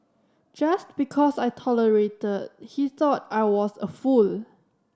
just because I tolerated he thought I was a fool